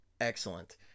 Excellent